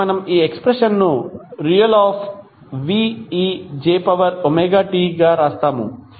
కాబట్టి మనము ఈ ఎక్స్ప్రెషన్ ను ReVejωt గా వ్రాస్తాము